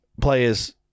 players